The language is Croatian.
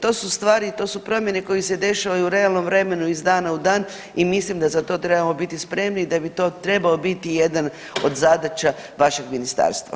To su stvari i to su promjene koje se dešavaju u realnom vremenu iz dana u dan i mislim da za to trebamo biti spremni da bi to trebao biti jedan od zadaća vašeg ministarstva.